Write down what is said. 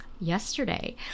Yesterday